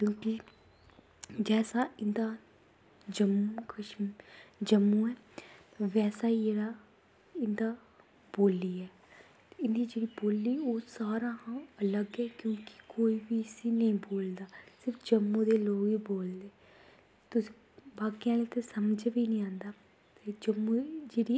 क्योंकि जैसा इंदा जम्मू ऐ ते वैसा ई जेह्ड़ा इंदा बोल्ली ऐ इंदी जेह्ड़ी बोल्ली ओह् सारें कशा अलग ऐ क्योंकि कोई बी इसी नेईं बोलदा सिर्फ जम्मू दे लोग ई बोलदे ते बाकियें गी ते समझ बी निं आंदा फिर जम्मू दी जेह्ड़ी